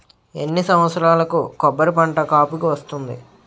ఎన్ని సంవత్సరాలకు కొబ్బరి పంట కాపుకి వస్తుంది?